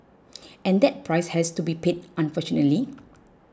and that price has to be paid unfortunately